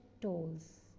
tolls